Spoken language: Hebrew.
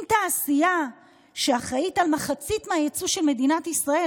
אם תעשייה שאחראית למחצית מהיצוא של מדינת ישראל